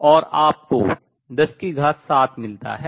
और आपको 107 मिलता है